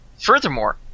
Furthermore